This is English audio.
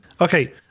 okay